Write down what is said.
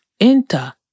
enter